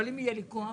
אבל אם יהיה לי כוח